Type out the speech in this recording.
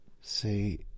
See